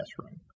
classroom